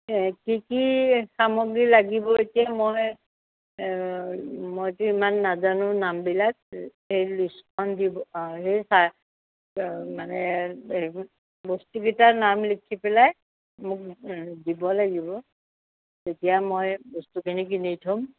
এ কি কি সামগী লাগিব এতিয়া মই মইতো ইমান নাজানো নামবিলাক এ লিষ্টখন দিব এ চাই মানে বস্তুকেইটা নাম লিখি পেলাই মোক দিব লাগিব তেতিয়া মই বস্তুখিনি কিনি থ'ম